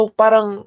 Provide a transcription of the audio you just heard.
parang